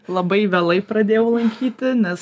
labai vėlai pradėjau lankyti nes